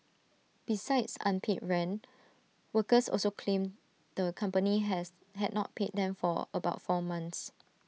besides unpaid rent workers also claimed the company has had not paid them for about four months